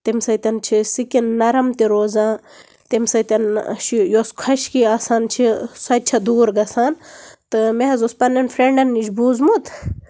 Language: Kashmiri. تَمہِ سۭتۍ چھُ اَسہِ سِکِن نَرَم تہِ روزان تَمہِ سۭتۍ چھُ یۄس خۄشکی آسان چھِ سۄ تہِ چھےٚ دوٗر گژھان تہٕ مےٚ حظ اوس پَنٕنٮ۪ن فریٚنڈَن نِش بوٗزمُت